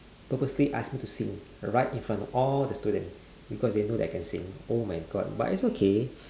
purposely ask me to sing right in front of all of the student because they know I can sing oh my god but it's okay